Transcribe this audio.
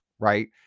Right